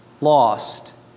lost